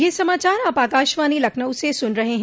ब्रे क यह समाचार आप आकाशवाणी लखनऊ से सुन रहे हैं